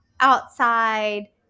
outside